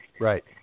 Right